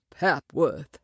Papworth